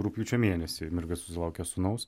rugpjūčio mėnesį mirga susilaukė sūnaus